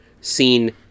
seen